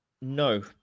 no